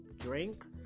drink